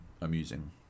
amusing